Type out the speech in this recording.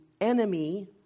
enemy